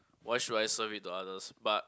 why should I serve it to others but